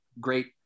great